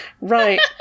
Right